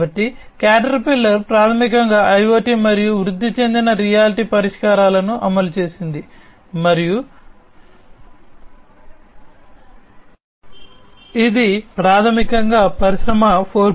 కాబట్టి Caterpillar ప్రాథమికంగా IoT మరియు వృద్ధి చెందిన రియాలిటీ పరిష్కారాలను అమలు చేసింది మరియు ఇది ప్రాథమికంగా పరిశ్రమ 4